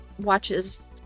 watches